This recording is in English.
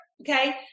Okay